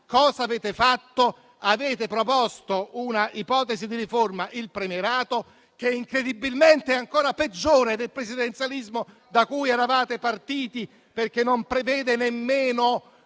Cosa avete fatto allora? Avete proposto una ipotesi di riforma, il premierato, che incredibilmente è ancora peggiore del presidenzialismo da cui eravate partiti, perché non prevede nemmeno